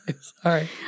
sorry